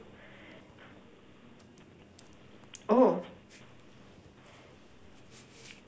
oh